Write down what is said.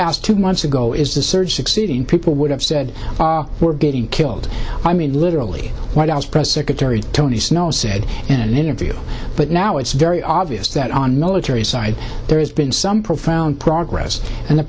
asked two months ago is the surge succeeding people would have said we're getting killed i mean literally white house press secretary tony snow said in an interview but now it's very obvious that on military side there has been some profound progress and the